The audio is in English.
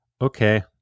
Okay